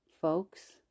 folks